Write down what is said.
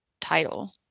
title